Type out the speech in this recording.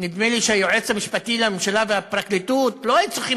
נראה לי שהיועץ המשפטי לממשלה והפרקליטות לא היו צריכים